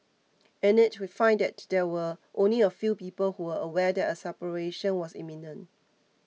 in it we find that there were only a few people who were aware that a separation was imminent